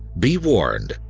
be warned,